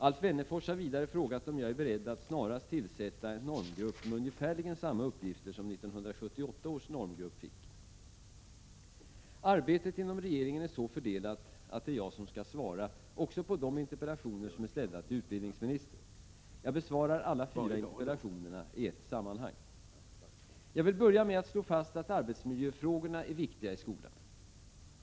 Alf Wennerfors har vidare frågat om jag är beredd att snarast tillsätta en normgrupp med ungefärligen samma uppgifter som 1978 års normgrupp fick. Arbetet inom regeringen är så fördelat att det är jag som skall svara även på de interpellationer som är ställda till utbildningsministern. Jag besvarar alla fyra interpellationerna i ett sammanhang. Jag vill börja med att slå fast att arbetsmiljöfrågorna är viktiga i skolan.